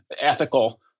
ethical